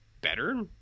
better